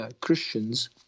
Christians